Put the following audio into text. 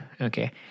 okay